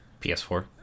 PS4